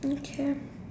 okay